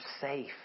safe